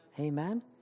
Amen